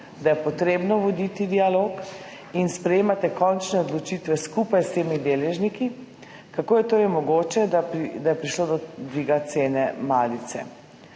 da je potrebno voditi dialog in da sprejemate končne odločitve skupaj z vsemi deležniki: Kako je torej mogoče, da je prišlo do dviga cene malice?